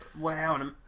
Wow